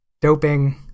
doping